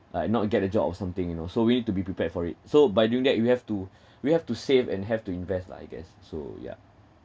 like not get a job or something you know so we need to be prepared for it so by doing that you have to we have to save and have to invest lah I guess so yeah